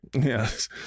yes